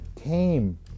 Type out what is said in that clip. came